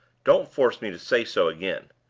don't force me to say so again.